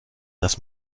dass